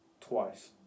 Twice